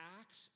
acts